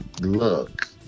look